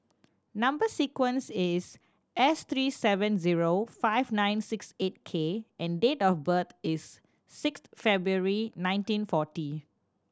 number sequence is S three seven zero five nine six eight K and date of birth is six February nineteen forty